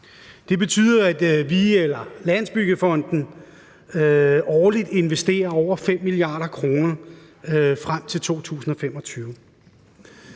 Det betyder, at Landsbyggefonden årligt investerer over 5 mia. kr. frem til 2025.